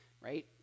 right